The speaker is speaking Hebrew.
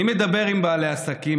אני מדבר עם בעלי עסקים,